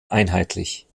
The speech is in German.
einheitlich